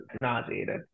nauseated